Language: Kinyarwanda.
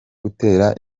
gutera